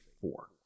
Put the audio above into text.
four